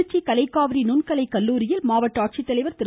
திருச்சி கலைக்காவிரி நுண்கலைக் கல்லூரியில் மாவட்ட ஆட்சித்தலைவர் திரு